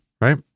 right